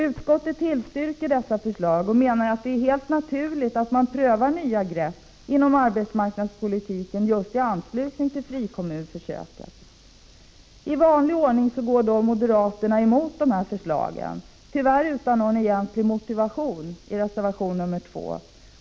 Utskottet tillstyrker dessa förslag och anser att det är helt naturligt att man prövar nya grepp inom arbetsmarknadspolitiken i anslutning till frikommunsförsöket. I vanlig ordning går då moderaterna i reservation 2 emot dessa förslag, tyvärr utan någon egentlig motivering.